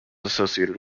associated